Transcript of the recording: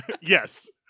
Yes